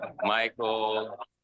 Michael